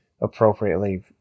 appropriately